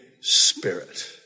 Spirit